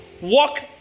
Walk